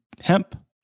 hemp